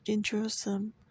Jerusalem